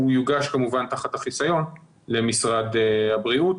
הוא יוגש כמובן תחת החיסיון למשרד הבריאות,